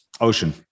Ocean